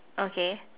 okay